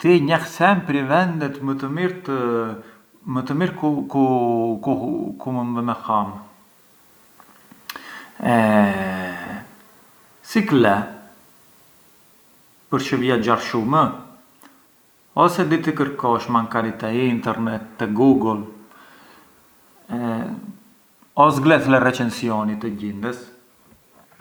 Ti njeh sempri vendet më të mirë të… më të mirë ku… ku mënd vem‘ e ham e si kle? Përçë viaxhar shumë? O se di të i kërkosh te Internet, te Google, o zgledh le recensioni e gjindes?